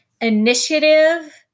initiative